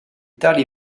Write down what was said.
tali